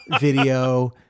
video